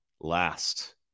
last